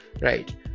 right